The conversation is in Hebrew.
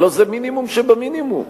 הלוא זה מינימום שבמינימום.